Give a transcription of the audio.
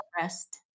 rest